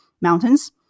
mountains